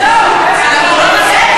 יקרה.